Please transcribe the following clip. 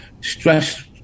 stress